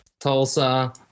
Tulsa